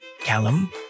Callum